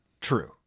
true